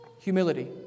Humility